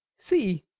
see,